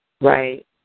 Right